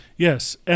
Yes